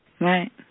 Right